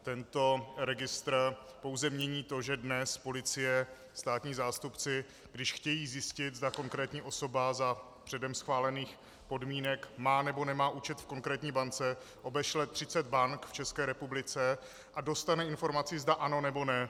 Tento registr pouze mění to, že dnes policie, státní zástupci, když chtějí zjistit, zda konkrétní osoba za předem schválených podmínek má nebo nemá účet v konkrétní bance, obešle třicet bank v České republice a dostane informaci, zda ano, nebo ne.